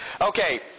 Okay